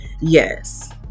yes